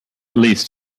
least